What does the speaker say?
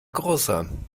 großer